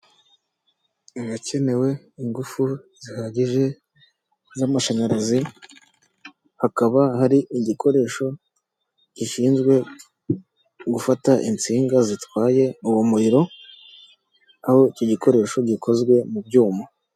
Ibikenewe ingufu zihagije z'amashanyarazi, hakaba hari igikoresho, gishinzwe gufata insinga zitwaye uwo muriro, aho icyo gikoresho gikozwe mu byuma.